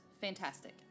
fantastic